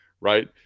right